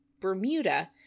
Bermuda